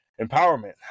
empowerment